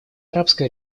арабская